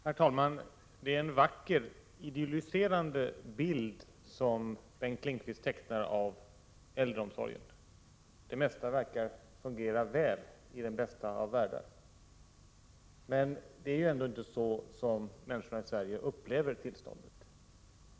Herr talman! Det är en vacker, idylliserande bild som Bengt Lindqvist tecknar av äldreomsorgen. Det mesta verkar fungera väl i den bästa av världar. Men det är inte så som människorna i Sverige upplever tillståndet.